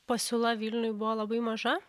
pasiūla vilniuj buvo labai maža